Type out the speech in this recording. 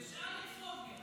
תשאל את פוגל.